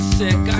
sick